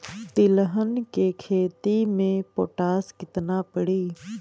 तिलहन के खेती मे पोटास कितना पड़ी?